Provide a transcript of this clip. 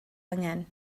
angen